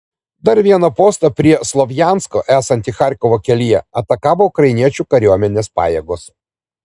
dar vieną postą prie slovjansko esantį charkovo kelyje atakavo ukrainiečių kariuomenės pajėgos